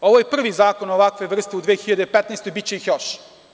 Ovo je prvi zakon ovakve vrste u 2015. godini, biće ih još.